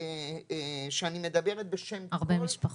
שאני מדברת בשם הרבה משפחות.